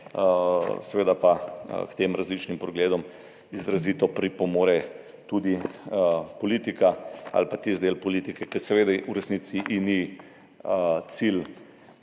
seveda pa k tem različnim pogledom izrazito pripomore tudi politika ali pa tisti del politike, ki ji seveda v resnici ni cilj,